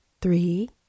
three